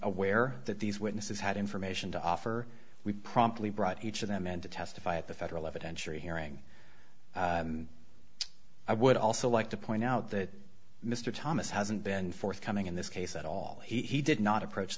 aware that these witnesses had information to offer we promptly brought each of them in to testify at the federal evidence you're hearing and i would also like to point out that mr thomas hasn't been forthcoming in this case at all he did not approach